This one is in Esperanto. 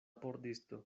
pordisto